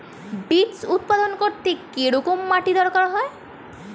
Beets উৎপাদন করতে কেরম মাটির দরকার হয়?